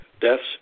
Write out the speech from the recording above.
deaths